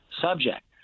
subject